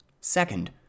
Second